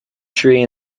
tree